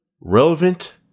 relevant